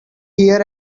hear